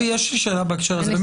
יש לי שאלה בהקשר הזה.